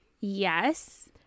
Yes